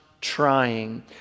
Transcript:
trying